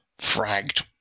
Fragged